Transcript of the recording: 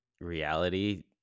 reality